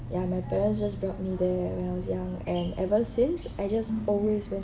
ya my parents just brought me there when I was young and ever since I just always went